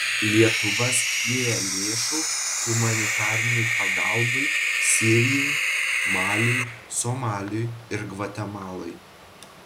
lietuva skyrė lėšų humanitarinei pagalbai sirijai maliui somaliui ir gvatemalai